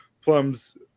Plum's